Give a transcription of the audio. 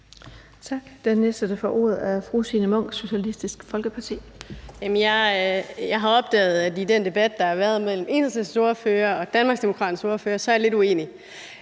Jeg har opdaget, at i den debat, der har været mellem Enhedslistens ordfører og Danmarksdemokraternes ordfører, er jeg lidt uenig.